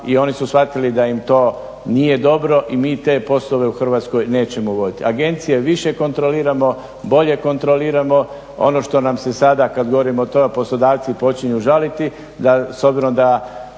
i oni su shvatili da im to nije dobro i mi te poslove u Hrvatskoj nećemo uvoditi. Agencije više kontroliramo, bolje kontroliramo. Ono što nam se sada kada govorimo o tome poslodavci počinju žaliti s obzirom da